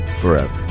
forever